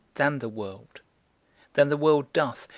than the world than the world doth,